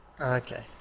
Okay